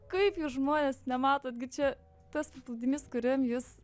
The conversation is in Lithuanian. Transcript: kaip jūs žmonės nematot gi čia tas paplūdimys kuriam jūs